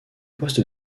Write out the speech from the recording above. poste